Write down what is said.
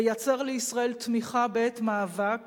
לייצר לישראל תמיכה בעת מאבק,